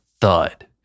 thud